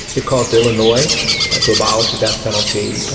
it caused illinois to abolish the death penalty,